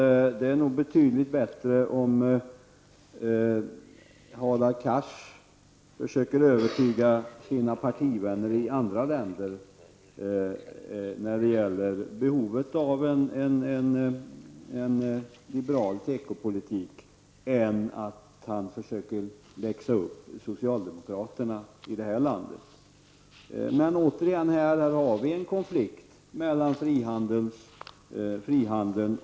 Det vore nog betydligt bättre om Hadar Cars försöker övertyga sina partivänner i andra länder om behovet av en liberal tekopolitik än att han försöker läxa upp socialdemokraterna i detta land. Vi har här återigen en konflikt mellan frihandeln och andra mål.